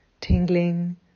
tingling